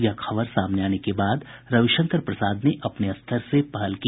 यह खबर सामने आने के बाद रविशंकर प्रसाद ने अपने स्तर से पहल की